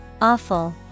Awful